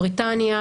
בריטניה,